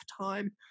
time